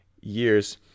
years